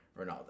Ronaldo